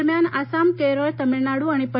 दरम्यान आसाम केरळ तामिलनाडू आणि प